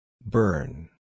Burn